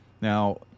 Now